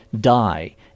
die